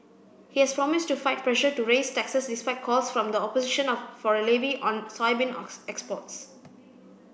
he has promised to fight pressure to raise taxes despite calls from the opposition of for a levy on soybean exports